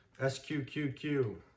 S-Q-Q-Q